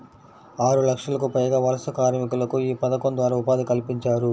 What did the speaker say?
ఆరులక్షలకు పైగా వలస కార్మికులకు యీ పథకం ద్వారా ఉపాధి కల్పించారు